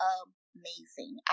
amazing